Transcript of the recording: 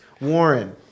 Warren